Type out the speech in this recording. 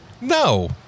no